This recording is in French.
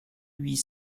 huit